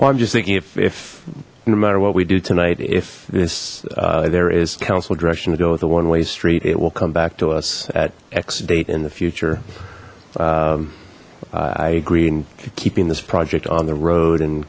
well i'm just thinking if no matter what we do tonight if this there is council direction to go with a one way street it will come back to us at x date in the future i agree in keeping this project on the road and